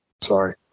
sorry